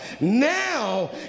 Now